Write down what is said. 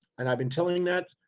and i've been telling that,